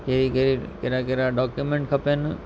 कहिड़ी कहिड़ी कहिड़ा कहिड़ा डॉक्यूमेंट खपनि